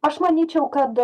aš manyčiau kad